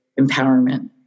empowerment